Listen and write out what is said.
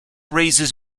raises